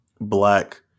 black